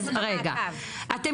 אז רגע, אני